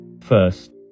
First